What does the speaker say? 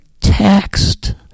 taxed